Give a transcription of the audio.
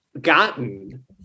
gotten